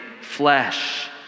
flesh